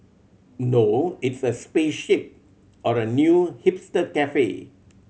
no it's a spaceship or a new hipster cafe